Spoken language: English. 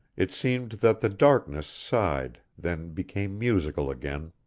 it seemed that the darkness sighed, then became musical again.